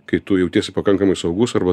kai tu jautiesi pakankamai saugus arba